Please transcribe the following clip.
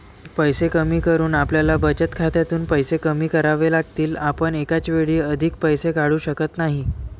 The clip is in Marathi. पैसे कमी करून आपल्याला बचत खात्यातून पैसे कमी करावे लागतील, आपण एकाच वेळी अधिक पैसे काढू शकत नाही